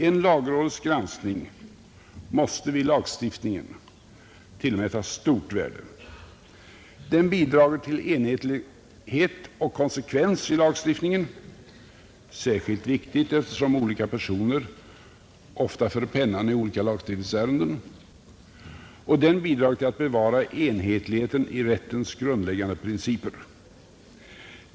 En lagrådets granskning måste vid lagstiftningen tillmätas stort värde. Den bidrager till enhetlighet och konsekvens i lagstiftningen — särskilt viktigt eftersom olika personer ofta för pennan i olika lagstiftningsärenden — och den bidrager till att bevara enhetligheten i rättens grundläggande principer.